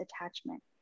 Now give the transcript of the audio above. attachment